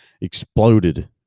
exploded